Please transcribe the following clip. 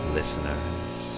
Listeners